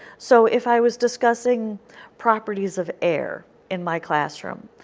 so if i was discussing properties of air in my classroom,